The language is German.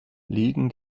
liegen